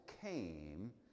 came